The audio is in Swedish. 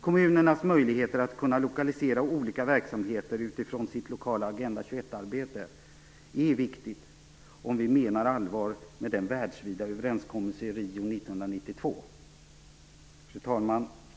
Kommunernas möjligheter att kunna lokalisera olika verksamheter utifrån sitt lokala Agenda 21 arbete är viktiga om vi menar allvar med den världsvida överenskommelsen i Rio år 1992. Fru talman!